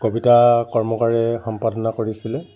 কবিতা কৰ্মকাৰে সম্পাদনা কৰিছিলে